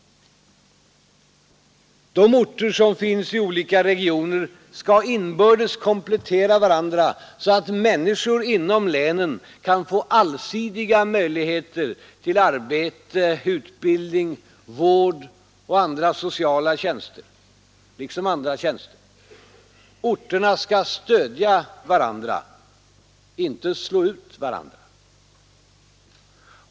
De orter som finns i olika regioner skall inbördes komplettera varandra så att människor inom länen kan få allsidiga möjligheter till arbete, utbildning, vård och annan social service liksom andra tjänster. Orterna skall stödja varandra, inte slå ut varandra.